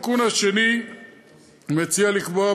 התיקון השני מציע לקבוע,